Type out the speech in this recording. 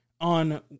On